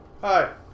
Hi